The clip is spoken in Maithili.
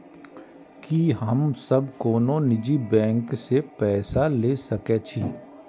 की हम सब कोनो निजी बैंक से पैसा ले सके छी?